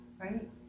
right